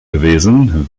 gewesen